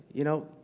you know,